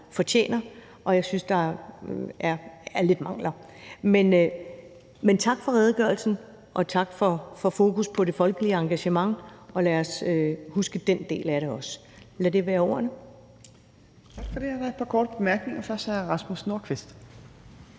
fortjener; og jeg synes, der er lidt mangler. Men tak for redegørelsen, og tak for fokus på det folkelige engagement. Lad os huske den del af det også. Lad det være ordene. Kl. 15:12 Tredje næstformand (Trine Torp): Tak for det. Der er et par korte bemærkninger. Først er det hr. Rasmus Nordqvist.